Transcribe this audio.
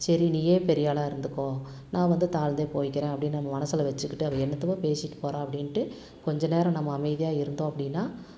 சரி நீயே பெரியாளாக இருந்துக்கோ நான் வந்து தாழ்ந்தே போய்க்கிறேன் அப்படின்னு நம்ம மனசில் வெச்சுக்கிட்டு அவள் என்னத்தயோ பேசிவிட்டுப் போகிறா அப்படின்ட்டு கொஞ்சம் நேரம் நம்ம அமைதியாக இருந்தோம் அப்படின்னா